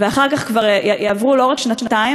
אחר כך כבר יעברו לא רק שנתיים,